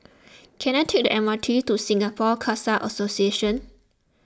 can I take the M R T to Singapore Khalsa Association